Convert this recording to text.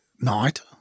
night